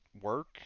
work